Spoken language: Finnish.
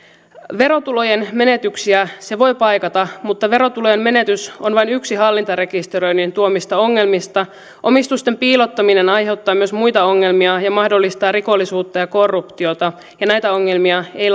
verotulojen menetyksiä se voi paikata mutta verotulojen menetys on vain yksi hallintarekisteröinnin tuomista ongelmista omistusten piilottaminen aiheuttaa myös muita ongelmia ja mahdollistaa rikollisuutta ja korruptiota ja näitä ongelmia ei